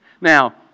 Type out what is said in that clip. now